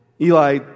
Eli